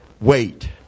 Wait